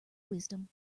wisdom